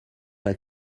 pas